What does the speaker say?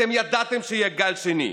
אתם ידעתם שיהיה גל שני,